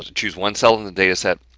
ah choose one cell in the data set,